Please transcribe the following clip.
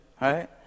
right